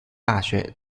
大学